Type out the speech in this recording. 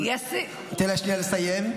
תן לה שנייה לסיים.